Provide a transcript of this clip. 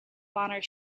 honor